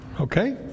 Okay